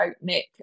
nick